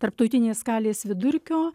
tarptautinės skalės vidurkio